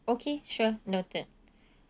okay sure noted